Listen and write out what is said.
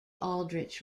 aldrich